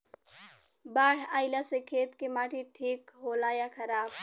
बाढ़ अईला से खेत के माटी ठीक होला या खराब?